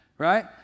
Right